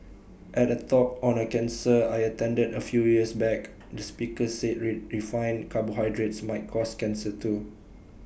at A talk on A cancer I attended A few years back the speaker said ray refined carbohydrates might cause cancer too